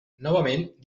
novament